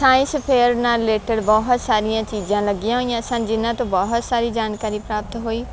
science fair ਨਾਲ related ਬਹੁਤ ਸਾਰੀਆਂ ਚੀਜ਼ਾਂ ਲੱਗੀਆਂ ਹੋਈਆਂ ਸਨ ਜਿਹਨਾਂ ਤੋਂ ਬਹੁਤ ਸਾਰੀ ਜਾਣਕਾਰੀ ਪ੍ਰਾਪਤ ਹੋਈ